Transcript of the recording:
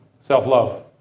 self-love